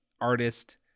artist